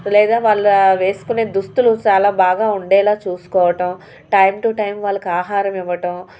లేదా వాళ్ళు వేసుకునే దుస్తులు చాలా బాగా ఉండేలా చూసుకోవడం టైం టు టైం వాళ్లకు ఆహారం ఇవ్వడం